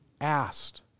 asked